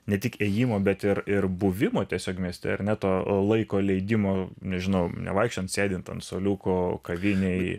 ne tik ėjimo bet ir ir buvimo tiesiog mieste ar ne to laiko leidimo nežinau nevaikščiojant sėdint ant suoliuko kavinėj